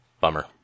Bummer